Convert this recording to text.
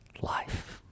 life